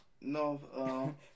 No